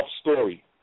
story